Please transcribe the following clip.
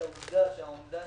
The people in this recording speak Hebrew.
העובדה שהאומדן